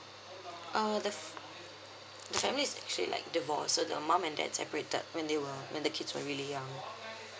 uh the f~ the family is actually like divorce so the mom and dad separated when they were the kids were really young